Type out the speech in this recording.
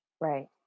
Right